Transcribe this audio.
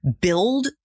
build